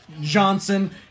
Johnson